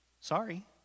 Sorry